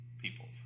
people